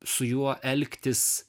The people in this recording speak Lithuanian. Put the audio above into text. su juo elgtis